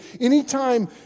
Anytime